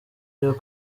yuko